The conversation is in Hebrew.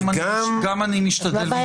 גם אני משתדל.